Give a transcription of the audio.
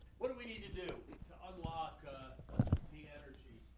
what do we need to do to unlock the energy